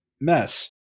mess